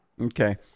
Okay